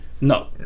No